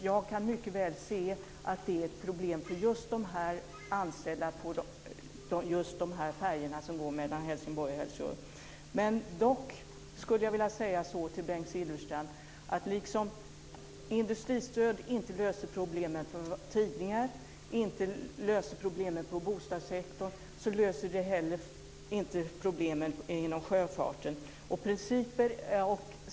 Jag kan mycket väl se att det är ett problem för de anställda på just färjorna som går mellan Helsingborg och Helsingör. Dock skulle jag vilja säga till Bengt Silfverstrand att liksom industristöd inte löser problemen för tidningar eller för bostadssektorn löser de heller inte problemen inom sjöfarten.